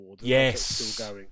Yes